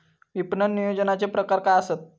विपणन नियोजनाचे प्रकार काय आसत?